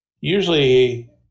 usually